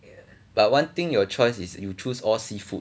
but one thing your choice is you choose all seafood